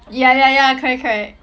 ya ya ya correct correct